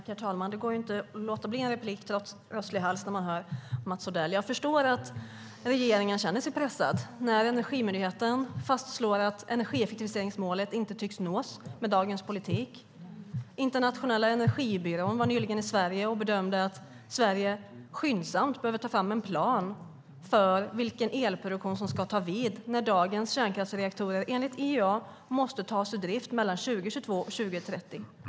Herr talman! När man hör Mats Odell går det inte att låta bli att begära replik trots rosslig hals. Jag förstår att regeringen känner sig pressad när Energimyndigheten fastslår att energieffektiviseringsmålet inte tycks nås med dagens politik. Internationella energibyrån var nyligen i Sverige och bedömde att Sverige skyndsamt behöver ta fram en plan för vilken elproduktion som ska ta vid när dagens kärnkraftsreaktorer enligt IEA måste tas ur drift mellan 2022 och 2030.